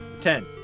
Ten